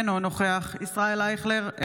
אינו נוכח ישראל אייכלר,